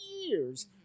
years